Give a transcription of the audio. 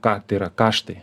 ką tai yra kaštai